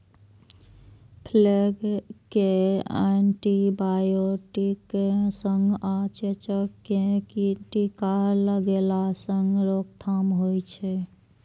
plague कें antibiotic सं आ चेचक कें टीका लगेला सं रोकथाम होइ छै